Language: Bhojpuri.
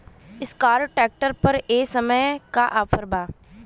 एस्कार्ट ट्रैक्टर पर ए समय का ऑफ़र बा?